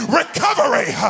recovery